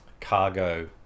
cargo